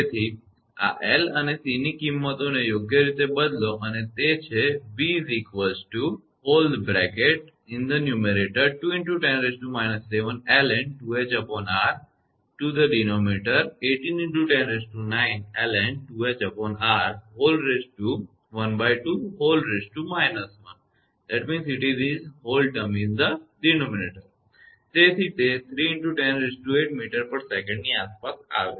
તેથી આ L L અને C સી કિંમતોને યોગ્ય રીતે બદલો અને તે છે તેથી તે 3×108 mtsec ની આસપાસ આવે છે